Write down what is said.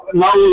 now